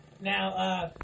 Now